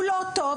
הוא לא טוב,